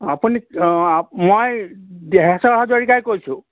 আপুনি অঁ আপ্ মই দেহেশ্ৱৰ হাজৰিকাই কৈছোঁ